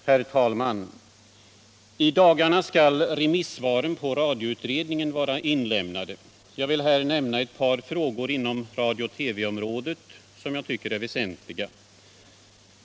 Herr talman! I dagarna skall remissvaren på radioutredningen vara inlämnade. Jag vill här nämna ett par frågor inom radiooch TV-området som jag tycker är väsentliga.